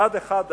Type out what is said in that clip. מצד אחד,